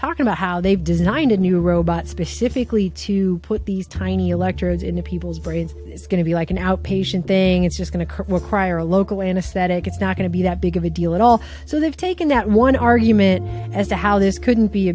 talking about how they've designed a new robot specifically to put these tiny electrodes into people's brains it's going to be like an outpatient thing it's just going to corral cryer a local anesthetic it's not going to be that big of a deal at all so they've taken that one argument as to how this couldn't be